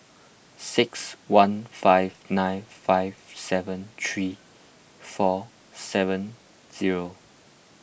six one five nine five seven three four seven zero